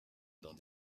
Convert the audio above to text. dans